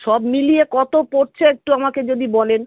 সব মিলিয়ে কতো পড়ছে একটু আমাকে যদি বলেন